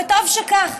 וטוב שכך,